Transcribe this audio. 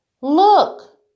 Look